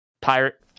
pirate